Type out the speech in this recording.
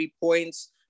points